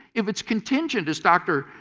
if it's contingent, as dr.